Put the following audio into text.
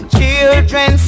Children